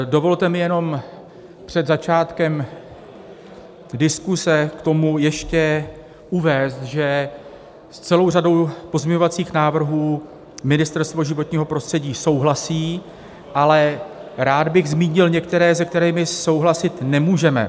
Dovolte mi jenom před začátkem diskuse k tomu ještě uvést, že s celou řadou pozměňovacích návrhů Ministerstvo životního prostředí souhlasí, ale rád bych zmínil některé, se kterými souhlasit nemůžeme.